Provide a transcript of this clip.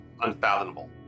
unfathomable